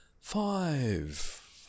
five